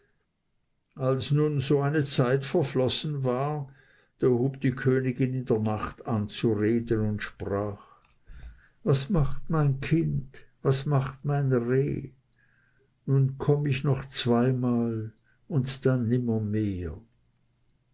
als nun so eine zeit verflossen war da hub die königin in der nacht an zu reden und sprach was macht mein kind was macht mein reh nun komm ich noch zweimal und dann